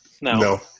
No